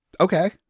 okay